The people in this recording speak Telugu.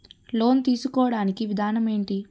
లోన్ తీసుకోడానికి విధానం ఏంటి?